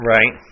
Right